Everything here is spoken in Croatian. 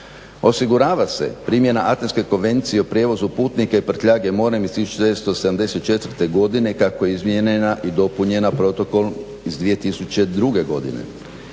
Osigurava se primjena Atenske konvencije o prijevozu putnika i prtljage morem iz 1974.godine kako je izmijenjena i dopunjena protokol iz 2002.godine.